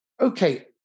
Okay